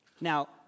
Now